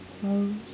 close